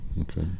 okay